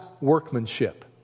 workmanship